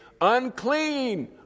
Unclean